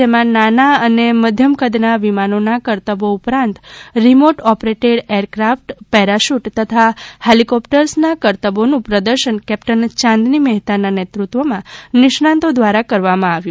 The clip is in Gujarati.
જેમાં નાના અને મધ્યમ કદના વિમાનોના કરતબો ઉપરાંત remote operated aircraft parachute તથા ફેલીકોપ્ટર્સના કરતબોનું પ્રદર્શન કેપ્ટન યાંદની મહેતાના નેતૃત્વમાં નિષ્ણાંતો દ્વારા કરવામાં આવ્યું